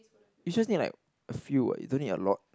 you just need like a few what you don't need a lot